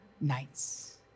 nights